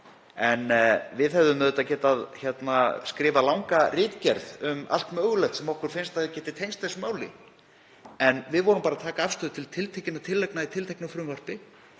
Við hefðum auðvitað getað skrifað langa ritgerð um allt mögulegt sem okkur finnst að geti tengst þessu máli en við vorum bara að taka afstöðu til tiltekinna tillagna í tilteknu frumvarpi.